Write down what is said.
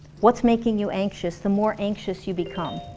what's making you anxious, the more anxious you become.